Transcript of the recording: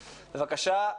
בבקשה.